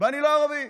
ואני לא ערבי.